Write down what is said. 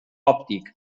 òptic